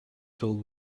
filled